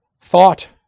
thought